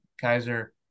Kaiser